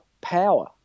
power